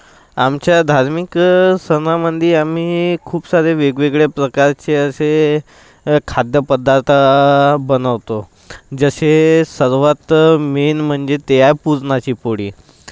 आमच्या धार्मिक सणांमध्ये आम्ही खूप सारे वेगवेगळ्या प्रकारचे असे खाद्यपदार्थ बनवतो जसे सर्वात मेन म्हणजे ते आहे पुरणाची पोळी